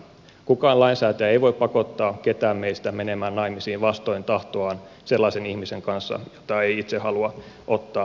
kukaan lainsäätäjä ei voi pakottaa ketään meistä menemään naimisiin vastoin tahtoaan sellaisen ihmisen kanssa jota ei itse halua ottaa avioliittoon